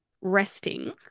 resting